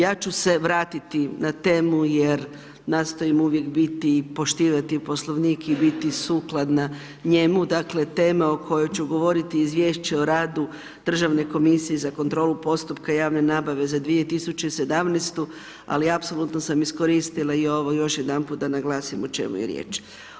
Ja ću se vratiti na temu jer nastojim uvijek biti i poštivati Poslovnik i biti sukladna njemu, dakle tema o kojoj ću govoriti je Izvješće o radu Državne komisije za kontrolu postupka javne nabave za 2017. ali apsolutno sam iskoristila i ovo još jedanputa da naglasim o čemu je riječ.